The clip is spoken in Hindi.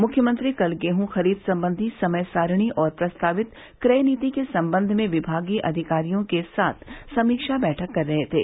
मुख्यमंत्री कल गेहूँ खरीद सम्बन्धी समय सारणी और प्रस्तावित क्रय नीति के सम्बन्ध में विभागीय अधिकारियों के साथ समीक्षा बैठक कर रहे थे